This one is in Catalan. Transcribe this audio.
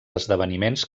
esdeveniments